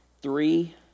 three